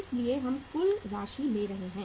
इसलिए हम कुल राशि ले रहे हैं